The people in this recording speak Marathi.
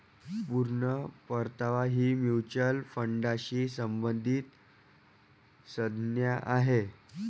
पूर्ण परतावा ही म्युच्युअल फंडाशी संबंधित संज्ञा आहे